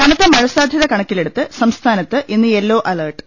കനത്ത മഴ സാധ്യത കണക്കിലെടുത്ത് സംസ്ഥാനത്ത് ഇന്ന് യെല്ലോ അലർട്ട്